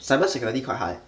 cyber security quite hard eh